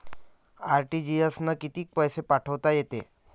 RTGS न कितीक पैसे पाठवता येते?